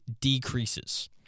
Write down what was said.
decreases